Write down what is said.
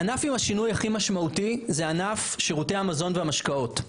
הענף עם השינוי הכי משמעותי זה ענף שירותי המזון והמשקאות.